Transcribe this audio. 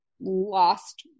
lost